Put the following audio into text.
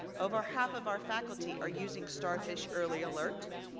over half of our faculty are using starfish early alert.